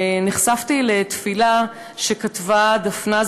ונחשפתי לתפילה שכתבה דפנה,